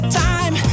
time